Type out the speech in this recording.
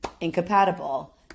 incompatible